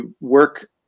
work